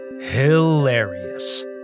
Hilarious